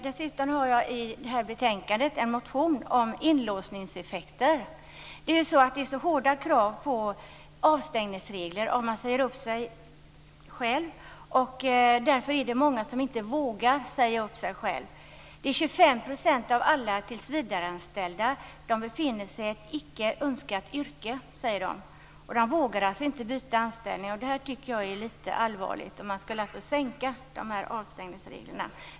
Dessutom har jag i betänkandet en motion om inlåsningseffekter. Det är ju hårda krav när det gäller avstängningsregler om man säger upp sig själv. Därför är det många som inte vågar säga upp sig själva. 25 % av alla tillsvidareanställda befinner sig i ett icke önskat yrke, säger de. De vågar alltså inte byta anställning. Detta tycker jag är litet allvarligt. Man skulle alltså sänka kraven när det gäller avstängningsreglerna.